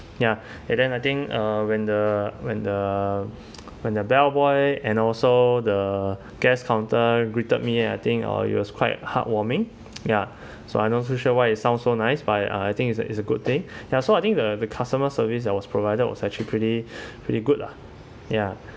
ya and then I think uh when the when the when the bellboy and also the guest counter greeted me I think oh it was quite heartwarming ya so I not so sure why it sounds so nice but uh I think it's a it's a good thing ya so I think the the customer service that was provided was actually pretty pretty good lah ya